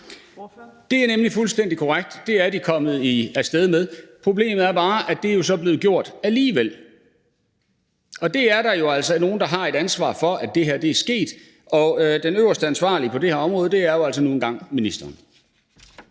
Det er nemlig fuldstændig korrekt: Det er de kommet af sted med. Problemet er bare, at det jo så er blevet gjort alligevel. Og det er der jo altså nogen, der har et ansvar for, altså at det her er sket, og den øverste ansvarlige på det her område er jo altså nu engang ministeren.